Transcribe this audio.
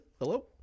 Hello